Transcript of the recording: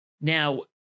Now